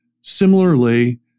Similarly